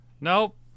Nope